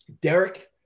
Derek